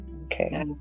Okay